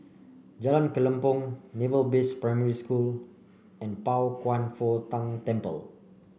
Jalan Kelempong Naval Base Primary School and Pao Kwan Foh Tang Temple